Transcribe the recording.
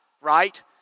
right